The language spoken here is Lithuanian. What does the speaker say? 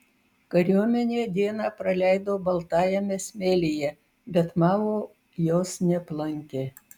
kariuomenė dieną praleido baltajame smėlyje bet mao jos neaplankė